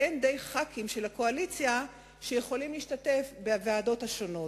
אין די חברי כנסת של הקואליציה שיכולים להשתתף בוועדות השונות.